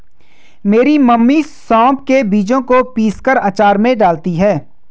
मेरी मम्मी सौंफ के बीजों को पीसकर अचार में डालती हैं